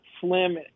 slim